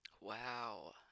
Wow